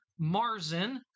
Marzin